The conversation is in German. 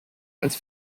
als